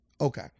Okay